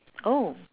oh